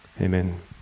Amen